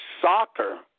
soccer